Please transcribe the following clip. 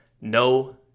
no